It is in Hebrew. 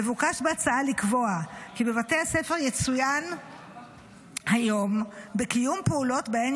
מבוקש בהצעה לקבוע כי בבתי הספר יצוין היום בקיום פעולות שבהן